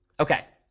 ok.